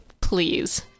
Please